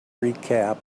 recap